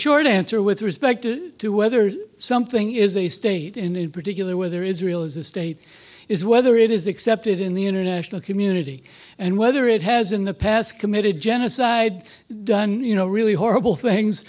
short answer with respect to whether something is a state in particular whether israel is a state is whether it is accepted in the international community and whether it has in the past committed genocide done you know really horrible things